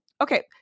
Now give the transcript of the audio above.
Okay